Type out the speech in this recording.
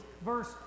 verse